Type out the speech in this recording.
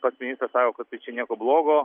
pats ministras sako kad tai čia nieko blogo